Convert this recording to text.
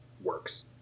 works